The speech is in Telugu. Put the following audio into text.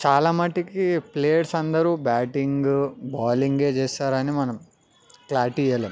చాలా మట్టుకు ప్లేయర్స్ అందరూ బ్యాటింగు బోలింగే చేస్తారని మనం క్లారిటీ ఇవ్వలేము